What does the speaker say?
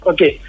Okay